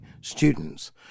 students